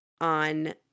on